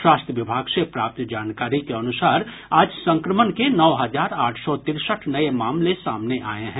स्वास्थ्य विभाग से प्राप्त जानकारी के अनुसार आज संक्रमण के नौ हजार आठ सौ तिरसठ नये मामले सामने आये हैं